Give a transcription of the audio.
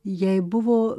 jai buvo